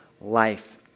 life